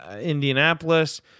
Indianapolis